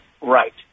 right